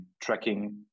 tracking